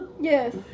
Yes